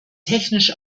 technisch